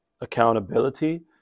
accountability